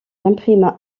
imprima